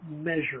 measure